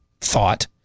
thought